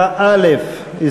תודה.